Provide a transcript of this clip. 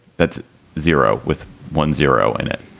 that's zero with one zero in it.